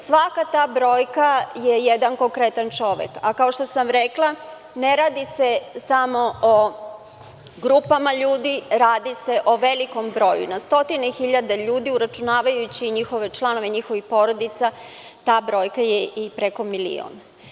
Svaka ta brojka je jedan konkretan čovek, a kao što sam rekla ne radi se samo o grupama ljudi, radi se o velikom broju, na stotine hiljada ljudi uračunavajući i njihove članove njihovih porodica, ta brojka je i preko milion.